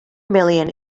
million